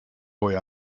boy